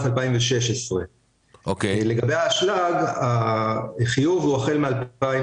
2016. לגבי האשלג החיוב הוא החל מ-2017.